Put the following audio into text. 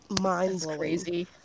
Mind-blowing